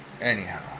Anyhow